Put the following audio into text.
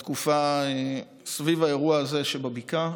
בתקופה שסביב האירוע הזה בבקעה,